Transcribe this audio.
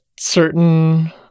certain